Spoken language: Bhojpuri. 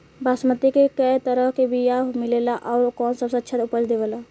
बासमती के कै तरह के बीया मिलेला आउर कौन सबसे अच्छा उपज देवेला?